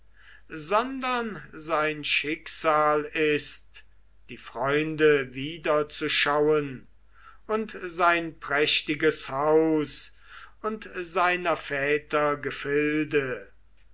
sondern sein schicksal ist die freunde wiederzuschauen und sein prächtiges haus und seiner väter gefilde